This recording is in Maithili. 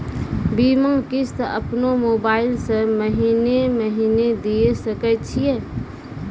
बीमा किस्त अपनो मोबाइल से महीने महीने दिए सकय छियै?